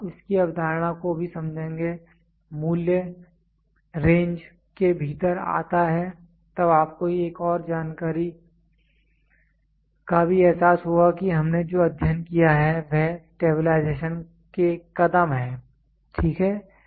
तब आप इसकी अवधारणा को भी समझेंगे मूल्य रेंज के भीतर आता है तब आपको एक और जानकारी का भी एहसास होगा कि हमने जो अध्ययन किया है वह स्टैबलाइजेशन के कदम है ठीक है